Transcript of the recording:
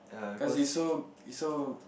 cause it's so it's so